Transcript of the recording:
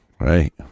Right